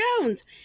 Jones